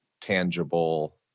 tangible